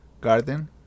garden